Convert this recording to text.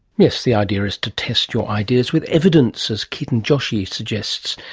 yes, the idea is to test your ideas with evidence, as ketan joshi suggests.